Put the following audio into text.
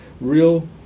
real